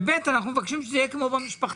ו-ב', אנחנו מבקשים שזה יהיה כמו במשפחתונים.